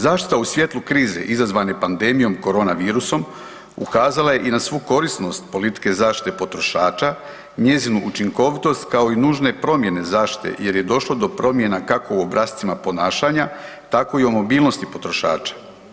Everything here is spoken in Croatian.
Zaštita u svjetlu krize izazvane pandemijom koronavirusom ukazala je i na svu korisnost politike zaštite potrošača, njezinu učinkovitost, kao i nužne promjene zaštite jer je došlo do promjena, kako u obrascima ponašanja, tako i u mobilnosti potrošača.